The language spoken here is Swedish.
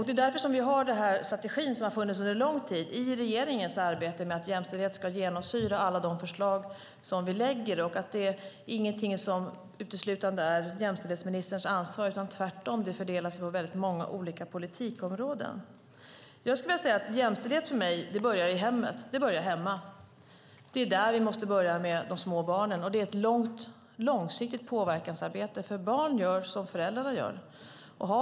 Det är därför som vi har strategin, som har funnits under lång tid i regeringens arbete, att jämställdhet ska genomsyra alla förslag som vi lägger fram. Det är ingenting som är uteslutande jämställdhetsministerns ansvar, utan tvärtom fördelas det på väldigt många olika politikområden. Jämställdhet för mig börjar i hemmet. Det är där vi måste börja med de små barnen. Det är ett långsiktigt påverkansarbete, för barn gör som föräldrarna gör.